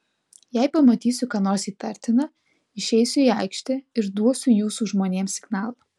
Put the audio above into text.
jei pamatysiu ką nors įtartina išeisiu į aikštę ir duosiu jūsų žmonėms signalą